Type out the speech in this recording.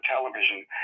television